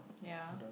ya